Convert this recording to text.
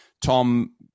Tom